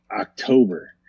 October